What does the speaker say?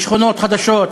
בשכונות חדשות,